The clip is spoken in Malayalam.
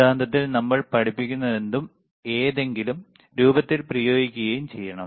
സിദ്ധാന്തത്തിൽ നമ്മൾ പഠിക്കുന്നതെന്തും ഏതെങ്കിലും രൂപത്തിൽ പ്രയോഗിക്കുകയും ചെയ്യണം